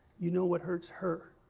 you know what hurts her